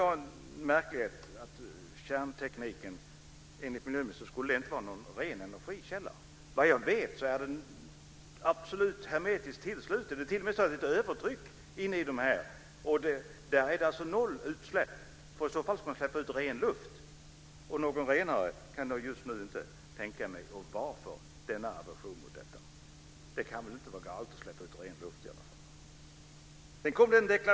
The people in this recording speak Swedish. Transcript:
Det är märkligt att enligt miljöministern skulle kärntekniken inte vara en ren energikälla. Vad jag vet är den absolut hermetiskt tillsluten. Det är t.o.m. fråga om övertryck. Det är alltså noll utsläpp. I så fall skulle ren luft släppas ut. Något renare kan jag just nu inte tänka mig. Varför denna aversion mot detta? Det kan väl inte vara galet att släppa ut ren luft?